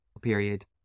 period